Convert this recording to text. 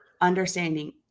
understanding